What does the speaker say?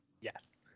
Yes